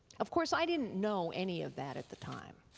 of course i didn't know any of that at the time.